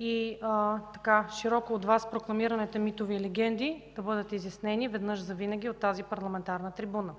и широко прокламираните от Вас митове и легенди да бъдат изяснени веднъж завинаги от тази парламентарна трибуна.